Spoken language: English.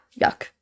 Yuck